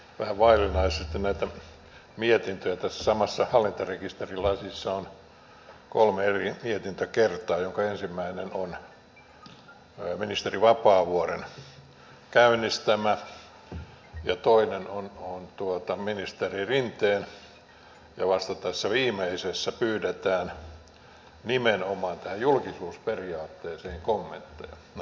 tässä samassa hallintarekisterilaissa on kolme eri mietintäkertaa jonka ensimmäinen on ministeri vapaavuoren käynnistämä ja toinen on ministeri rinteen ja vasta tässä viimeisessä pyydetään nimenomaan tästä julkisuusperiaatteesta kommentteja